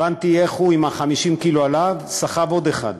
הבנתי איך הוא עם 50 הקילו עליו סחב עוד אחד.